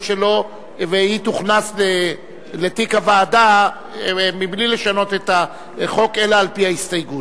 שלו והיא תוכנס לתיק הוועדה מבלי לשנות את החוק אלא על-פי ההסתייגות?